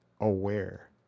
aware